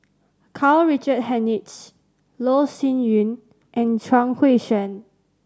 Karl Richard Hanitsch Loh Sin Yun and Chuang Hui Tsuan